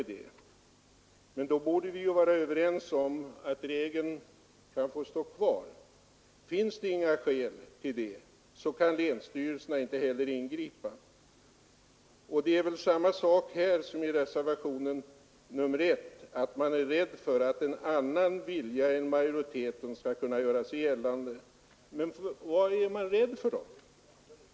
Men då borde vi vara överens om att regeln kan få stå kvar. Finns det inga skäl till det, så kan länsstyrelserna inte heller ingripa. Det är väl samma sak här som i reservationen 1, att man är rädd för att en annan vilja än majoritetens skall kunna göra sig gällande. Men vad är man då rädd för?